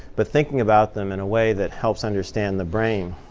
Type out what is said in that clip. but thinking about them in a way that helps understand the brain